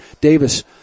Davis